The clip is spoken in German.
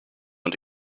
und